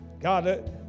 god